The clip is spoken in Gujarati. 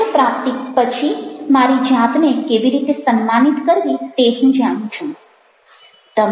લક્ષ્ય પ્રાપ્તિ પછી મારી જાતને કેવી રીતે સન્માનિત કરવી તે હું જાણું છું